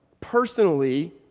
personally